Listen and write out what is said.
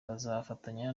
bazafatanya